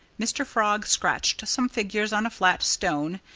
mr. frog scratched some figures on a flat stone.